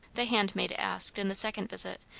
the handmaid asked in the second visit,